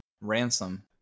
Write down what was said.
Ransom